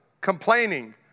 Complaining